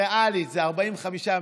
ריאלית זה 45 יום,